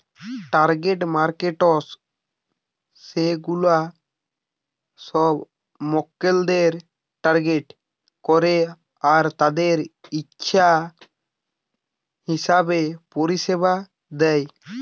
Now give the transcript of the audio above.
target markets সেগুলা সব মক্কেলদের টার্গেট করে আর তাদের ইচ্ছা হিসাবে পরিষেবা দেয়